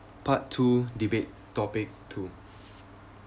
part two debate topic two